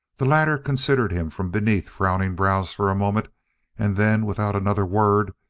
the latter considered him from beneath frowning brows for a moment and then, without another word,